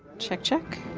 check, check,